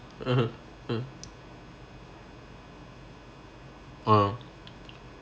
(uh huh) uh orh